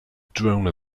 drone